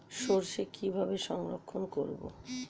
সরষে কিভাবে সংরক্ষণ করব?